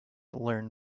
learn